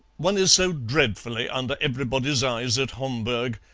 one is so dreadfully under everybody's eyes at homburg.